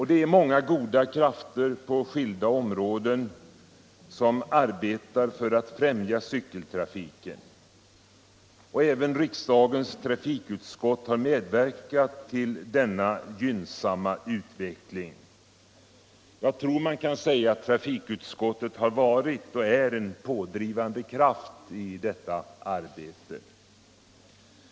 Det är många goda krafter på skilda områden som arbetar för att främja cykeltrafiken. Även riksdagens trafikutskott har medverkat till denna gynnsamma utveckling. Jag tror man kan säga att trafikutskottet har varit och är en pådrivande kraft i detta arbete.